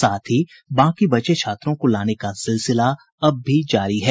साथ ही बाकी बचे छात्रों को लाने का सिलसिला अब भी जारी है